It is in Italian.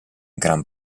gran